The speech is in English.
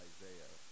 Isaiah